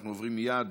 אנחנו עוברים מייד